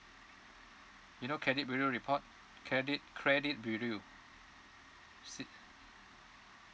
you know credit bureau report credit credit bureau is it